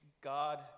God